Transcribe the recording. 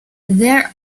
there